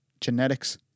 genetics